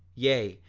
yea,